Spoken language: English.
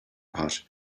pot